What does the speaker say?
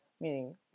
meaning